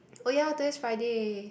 oh ya today's Friday